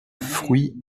fruits